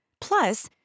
Plus